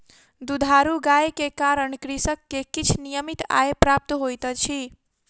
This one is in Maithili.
दुधारू गाय के कारण कृषक के किछ नियमित आय प्राप्त होइत अछि